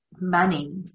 money